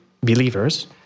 believers